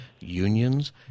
unions